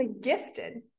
gifted